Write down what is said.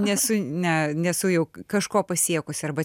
nesu ne nesu jau kažko pasiekusi arba